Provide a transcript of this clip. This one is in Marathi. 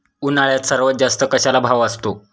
उन्हाळ्यात सर्वात जास्त कशाला भाव असतो?